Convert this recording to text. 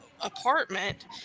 apartment